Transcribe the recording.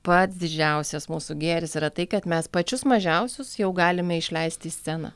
pats didžiausias mūsų gėris yra tai kad mes pačius mažiausius jau galime išleisti į sceną